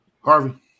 Harvey